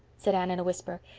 said anne, in a whisper,